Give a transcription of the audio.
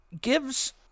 gives